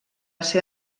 ser